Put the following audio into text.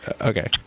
okay